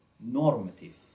normative